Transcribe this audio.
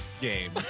game